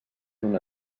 una